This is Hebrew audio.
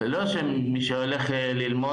זה לא שמי שהולך ללמוד,